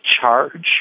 charge